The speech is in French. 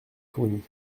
fournies